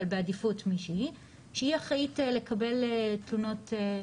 אבל בעדיפות מישהי שהיא אחראית לקבל תלונות.